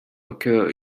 occur